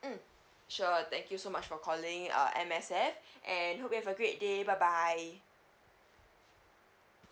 mm sure thank you so much for calling uh M_S_F and hope you have a great day bye bye